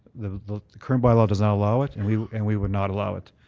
the current bylaw does not allow it and we and we would not allow it.